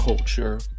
Culture